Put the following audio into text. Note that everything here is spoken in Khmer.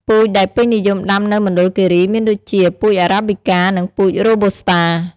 ពូជដែលពេញនិយមដាំនៅមណ្ឌលគិរីមានដូចជា ពូជអារ៉ាប៊ីកា និងពូជរ៉ូប៊ូស្តា។